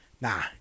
nah